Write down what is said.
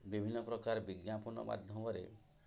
ବିଭିନ୍ନ ପ୍ରକାର ବିଜ୍ଞାପନ ମାଧ୍ୟମରେ